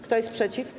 Kto jest przeciw?